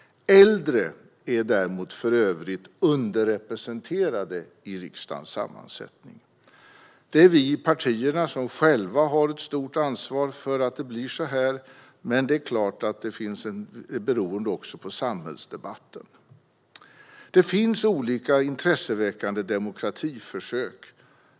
Äldre är däremot underrepresenterade i riksdagens sammansättning. Det är vi, partierna, som själva har ett stort ansvar för att det blir så här. Men det är klart att det också är beroende av samhällsdebatten. Det finns olika intresseväckande demokratiförsök.